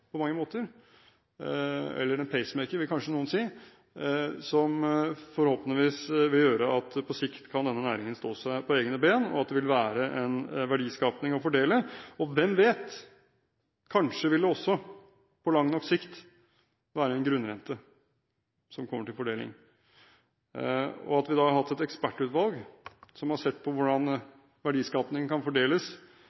på mange måter en hjertestarter – eller en pacemaker, som noen kanskje ville si – som forhåpentligvis vil gjøre at denne næringen på sikt vil kunne stå på egne ben og at det vil være en verdiskaping å fordele. Hvem vet – kanskje vil det også på lang nok sikt være en grunnrente som vil komme til fordeling. Har vi da hatt et ekspertutvalg som har sett på hvordan